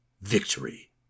Victory